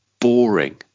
boring